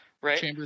right